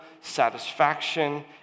satisfaction